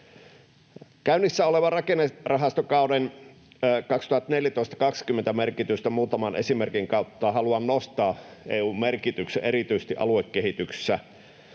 Käynnissä olevalta rakennerahastokaudelta 2014—2020 haluan nostaa muutaman esimerkin kautta EU:n merkityksen erityisesti aluekehityksessä.